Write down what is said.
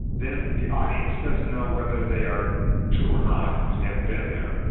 then the audience doesn't know whether they are true or not, because they haven't been there,